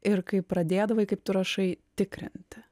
ir kai pradėdavai kaip tu rašai tikrinti